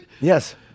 Yes